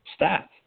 stats